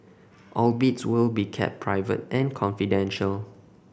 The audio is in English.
all bids will be kept private and confidential